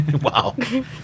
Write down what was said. Wow